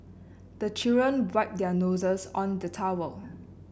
the children wipe their noses on the towel